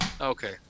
Okay